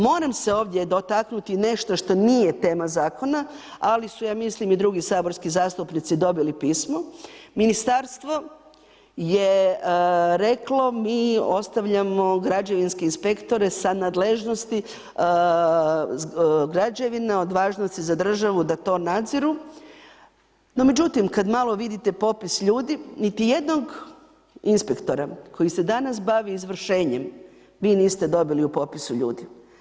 Moram se ovdje dotaknuti nešto što nije tema zakona, ali su ja mislim i drugi saborski zastupnici dobili pismo, Ministarstvo je reklo, mi ostavljamo građevinske inspektore sa nadležnosti građevina od važnosti za državu da to nadziru, no međutim, kad malo vidite popis ljudi, niti jednog inspektora koji se danas bavi izvršenjem, vi niste dobili u popisu ljudi.